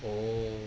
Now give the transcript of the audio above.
oh